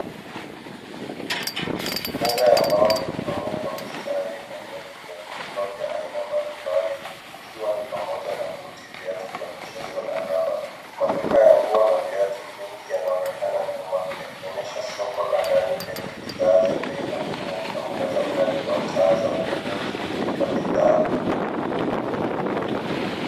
Meza ya mbao imepangwa kwa mistari na viatu vya mitumba vya aina mbalimbali ikiwa ni pamoja na buti, viatu mchezo na raba. Maduka ya nguo na viatu vingi yanaonekana nyuma yakionyesha soko la ndani lenye bidhaa za bei nafuu na mwangaza mkali wa taa za umeme ukimulika bidhaa.